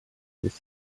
this